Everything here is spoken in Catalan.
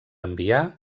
enviar